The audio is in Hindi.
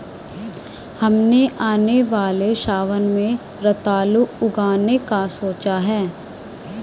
हमने आने वाले सावन में रतालू उगाने का सोचा है